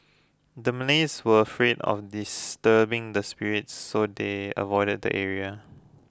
the Malays were afraid of disturbing the spirits so they avoided the area